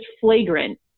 flagrant